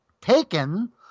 taken